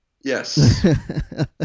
Yes